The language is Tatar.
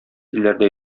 илләрдә